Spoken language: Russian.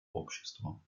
обществам